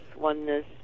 oneness